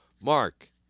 Mark